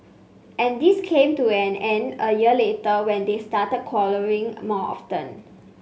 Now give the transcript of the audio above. and this came to an end a year later when they started quarrelling more often